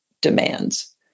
demands